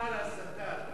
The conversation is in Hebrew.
הסתה.